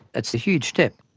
it's a huge step.